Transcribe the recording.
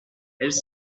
elles